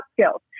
skills